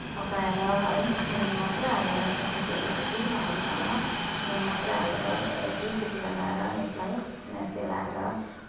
पकाएर है नुन मात्रै हालेर त्यसमा तेलहरू केही नहालिकन नुन मात्र हालेर एक दुई सिटी लगाएर यसलाई सेलाएर